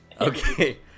Okay